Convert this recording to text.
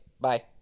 Bye